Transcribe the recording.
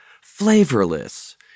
flavorless